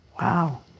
Wow